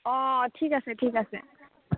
অ ঠিক আছে ঠিক আছে